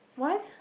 what